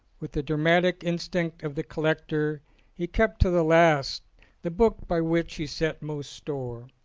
with the dra matic instinct of the collector he kept to the last the book by which he set most store.